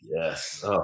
Yes